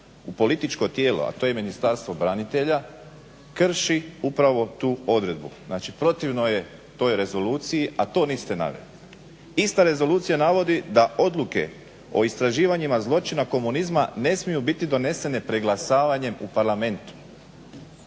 u političko tijelo, a to je Ministarstvo branitelja, krši upravo tu odredbu. Znači, protivno je toj rezoluciji, a to niste naveli. Ista rezolucija navodi da odluke o istraživanjima zločina komunizma ne smiju biti donesene preglasavanjem u Parlamentu.